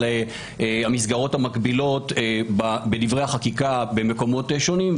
המסגרות המקבילות בדברי החקיקה במקומות שונים.